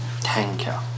tanker